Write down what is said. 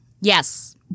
Yes